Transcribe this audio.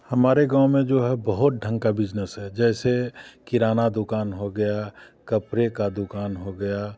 हमारे गाँव में जो है बहुत ढंग का बिज़नेस है जैसे किराना दुकान हो गया कपड़े का दुकान हो गया